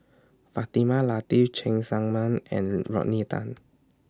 Fatimah Lateef Cheng Tsang Man and Rodney Tan